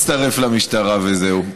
למה, למה לא תצטרף למשטרה וזהו?